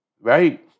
Right